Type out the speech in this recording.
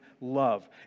love